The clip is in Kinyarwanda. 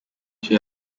cyo